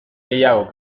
gehiago